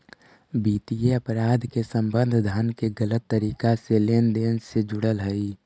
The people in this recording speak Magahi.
वित्तीय अपराध के संबंध धन के गलत तरीका से लेन देन से जुड़ल हइ